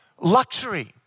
luxury